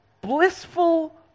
blissful